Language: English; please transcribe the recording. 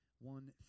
One